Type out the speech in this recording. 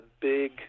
big